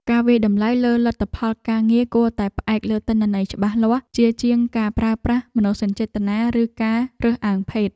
ការវាយតម្លៃលើលទ្ធផលការងារគួរតែផ្អែកលើទិន្នន័យច្បាស់លាស់ជាជាងការប្រើប្រាស់មនោសញ្ចេតនា ឬការរើសអើងភេទ។